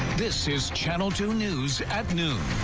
this is channel two news at noon.